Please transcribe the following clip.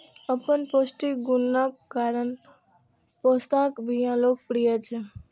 अपन पौष्टिक गुणक कारण पोस्ताक बिया लोकप्रिय छै